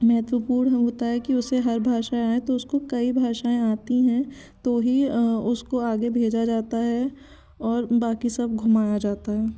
महत्वपूण होता है कि उसे हर भाषाऍं आऍं तो उसको कई भाषाऍं आती हैं तो ही उसको आगे भेजा जाता है और बाक़ी सब घुमाया जाता है